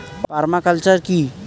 Parma culture কি?